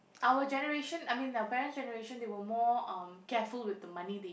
our generation I mean our parent's generation they were more um careful with the money they